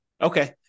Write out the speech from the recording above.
Okay